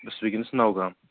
بہٕ چھُس وُنٛکیٚنَس نوگام